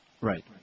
Right